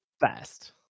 best